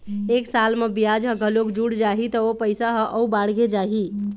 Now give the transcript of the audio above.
एक साल म बियाज ह घलोक जुड़ जाही त ओ पइसा ह अउ बाड़गे जाही